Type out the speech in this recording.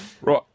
Right